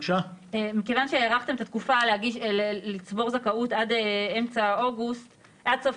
מכיוון שהארכתם את התקופה לצבור זכאות עד סוף אוגוסט,